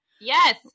Yes